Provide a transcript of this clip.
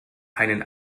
einen